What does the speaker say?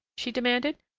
she demanded.